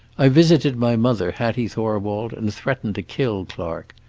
i visited my mother, hattie thorwald, and threatened to kill clark.